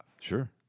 Sure